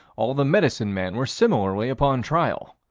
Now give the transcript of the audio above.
all the medicine men were similarly upon trial.